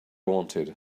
wanted